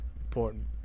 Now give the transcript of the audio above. important